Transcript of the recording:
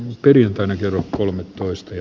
perjantaina kello kolmetoista ja